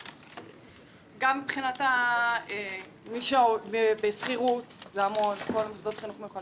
גם מבחינת השכירות כל מוסדות חינוך מיוחד